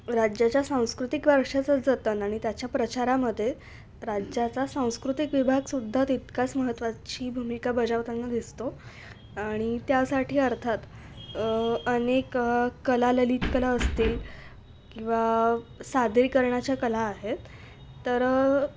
राज्याच्या सांस्कृतिक वारशाचं जतन आणि त्याच्या प्रचारामध्ये राज्याचा सांस्कृतिक विभागसुद्धा तितकाच महत्त्वाची भूमिका बजावताना दिसतो आणि त्यासाठी अर्थात अनेक कला ललितकला असतील किंवा सादरीकरणाच्या कला आहेत तर